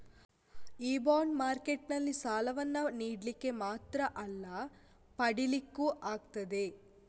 ಈ ಬಾಂಡ್ ಮಾರ್ಕೆಟಿನಲ್ಲಿ ಸಾಲವನ್ನ ನೀಡ್ಲಿಕ್ಕೆ ಮಾತ್ರ ಅಲ್ಲ ಪಡೀಲಿಕ್ಕೂ ಆಗ್ತದೆ